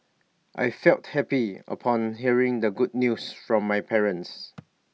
I felt happy upon hearing the good news from my parents